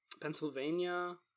Pennsylvania